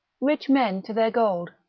rich men to their gold,